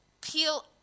peel